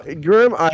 Grim